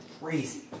Crazy